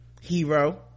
Hero